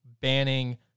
banning